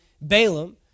Balaam